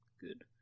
good